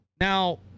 Now